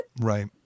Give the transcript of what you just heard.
Right